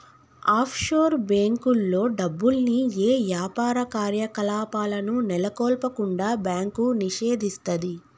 offshore బ్యేంకుల్లో డబ్బుల్ని యే యాపార కార్యకలాపాలను నెలకొల్పకుండా బ్యాంకు నిషేధిస్తది